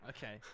Okay